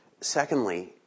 Secondly